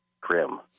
grim